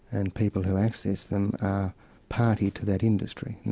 and people who access them are party to that industry,